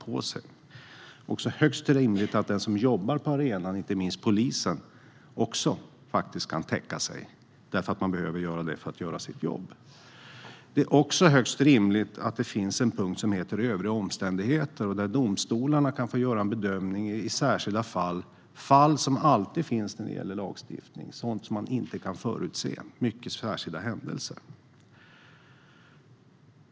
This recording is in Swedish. Det är också högst rimligt att de som jobbar på arenan, inte minst poliser, kan täcka sig för att kunna göra sitt jobb. Det är även högst rimligt att det finns en punkt som heter Övriga omständigheter. Det innebär att domstolarna har möjlighet att göra bedömningar i särskilda fall som det alltid finns i lagstiftning, fall som man inte kan förutse, mycket särskilda händelser.